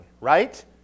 right